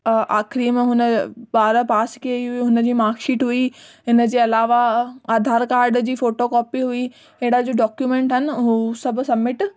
अ आखिरीं में हुन ॿारहं पास कयई हुई हुन जी मार्क शीट हुई हिन जे अलावा आधार कार्ड जी फ़ोटो कॉपी हुई अहिड़ा जो डॉक्यूमेंट आहिनि हूं सभु संमिट